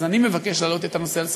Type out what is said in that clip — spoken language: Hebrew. אז אני מבקש להעלות את הנושא על סדר-היום,